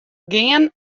gean